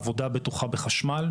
עבודה בטוחה בחשמל,